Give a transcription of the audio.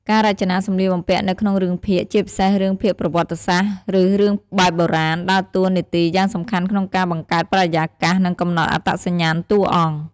ការរចនាសម្លៀកបំពាក់នៅក្នុងរឿងភាគ ជាពិសេសរឿងភាគប្រវត្តិសាស្ត្រ ឬរឿងបែបបុរាណ ដើរតួនាទីយ៉ាងសំខាន់ក្នុងការបង្កើតបរិយាកាស និងកំណត់អត្តសញ្ញាណតួអង្គ។